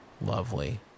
Lovely